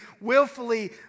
willfully